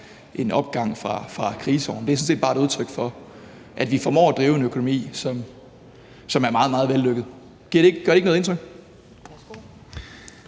en opgang fra kriseårene. Det er sådan set bare et udtryk for, at vi formår at drive en økonomi, som er meget, meget vellykket. Gør det ikke noget indtryk?